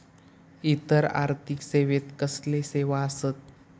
इतर आर्थिक सेवेत कसले सेवा आसत?